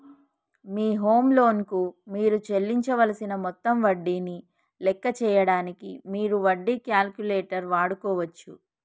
మీ home loan కు మీరు చెల్లించవలసిన మొత్తం వడ్డీని లెక్క చేయడానికి మీరు వడ్డీ క్యాలిక్యులేటర్ వాడుకోవచ్చు